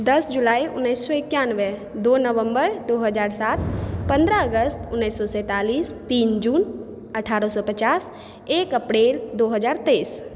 दश जुलाइ उन्नैस सए एकानबे दू नवम्बर दू हजार सात पन्द्रह अगस्त उन्नैस सए सैंतालिस तीन जून अठारह सए पचास एक अप्रैल दू हजार तेइस